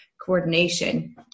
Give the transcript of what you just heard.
coordination